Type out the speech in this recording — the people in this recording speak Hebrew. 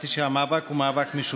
20 בעד, 42 נגד.